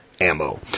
Ammo